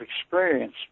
experience